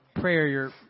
prayer